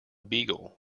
beagle